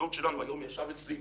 היום ישב אצלי